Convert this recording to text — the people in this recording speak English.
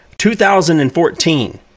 2014